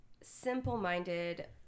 simple-minded